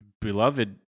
beloved